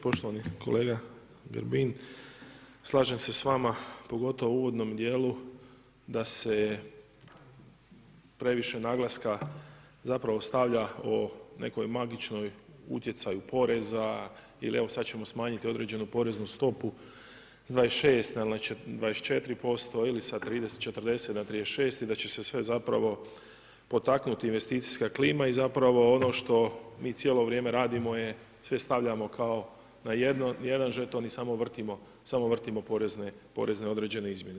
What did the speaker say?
Poštovani kolega Grbin, slažem se s vama, pogotovo u uvodnom dijelu da se je previše naglaska zapravo stavlja o nekoj magičnoj utjecaju poreza ili evo, sad ćemo smanjiti određenu poreznu stopu s 26 na 24% ili sa 30, 40 na 36 i da će se sve zapravo potaknuti investicijska klima i zapravo ono što mi cijelo vrijeme radimo je sve stavljamo kao na jedan žeton i samo vrtimo porezne određene izmjene.